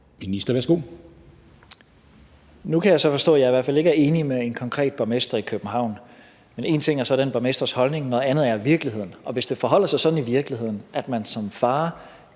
Tesfaye): Nu kan jeg så forstå, at jeg i hvert fald ikke er enig med en konkret borgmester i København. Men én ting er så den borgmesters holdning, noget andet er virkeligheden, og hvis det forholder sig sådan i virkeligheden, at man som far